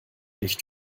nicht